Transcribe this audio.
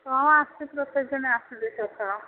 ହଁ ଆସୁ ପ୍ରସେସନ୍ ଆସୁ